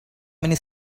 many